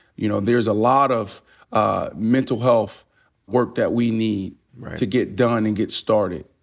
you know, there's a lot of ah mental health work that we need to get done, and get started.